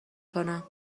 کنم